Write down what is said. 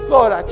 Lord